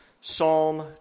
Psalm